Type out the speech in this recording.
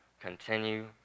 Continue